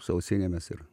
su ausinėmis ir